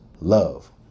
Love